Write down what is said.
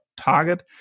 target